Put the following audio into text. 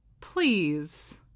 Please